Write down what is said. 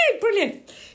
brilliant